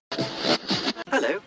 Hello